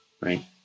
right